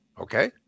Okay